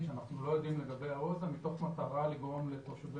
שאנחנו לא יודעים לגבי זה --- מתוך מטרה לגרום לתושבי